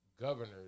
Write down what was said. governors